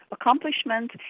accomplishment